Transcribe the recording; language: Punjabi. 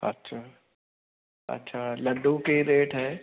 ਅੱਛਾ ਅੱਛਾ ਲੱਡੂ ਕੀ ਰੇਟ ਹੈ